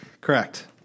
Correct